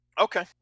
Okay